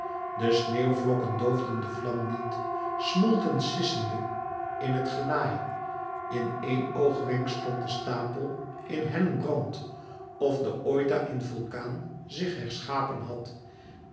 de sneeuwvlokken doofden de vlam niet smolten sissende in het gelaai in eén oogwenk stond de stapel in hellen brand of de oita in vulkaan zich herschapen had